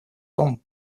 том